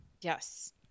yes